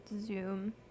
Zoom